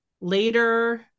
later